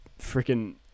freaking